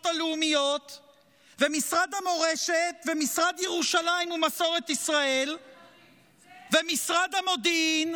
הלאומיות ומשרד המורשת ומשרד ירושלים ומסורת ישראל ומשרד המודיעין?